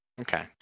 Okay